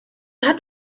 hat